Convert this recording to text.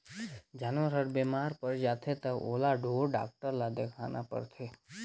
जानवर हर बेमार पर जाथे त ओला ढोर डॉक्टर ल देखाना परथे